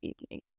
evening